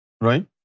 Right